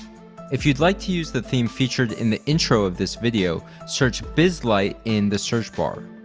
if you'd like to use the theme featured in the intro of this video, search bizlight in the search bar.